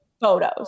photos